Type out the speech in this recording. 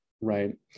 Right